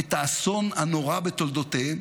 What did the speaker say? את האסון הנורא בתולדותיהם